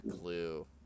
clue